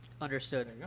Understood